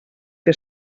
que